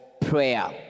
prayer